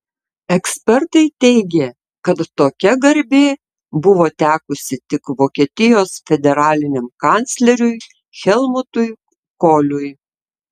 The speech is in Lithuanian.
ekspertai teigė kad tokia garbė buvo tekusi tik vokietijos federaliniam kancleriui helmutui koliui